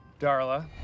Darla